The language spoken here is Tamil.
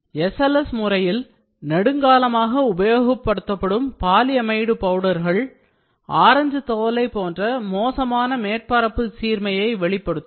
SLS முறையில் நெடுங்காலமாக உபயோகப்படுத்தப்படும் பாலிஅமைடு பவுடர்கள் ஆரஞ்சு தோலை போன்ற மோசமான மேற்பரப்பு சீர்மையை வெளிப்படுத்தும்